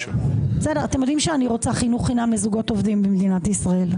אתם יודעים שאני רוצה חינוך חינם לזוגות עובדים במדינת ישראל.